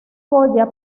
goya